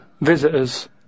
Visitors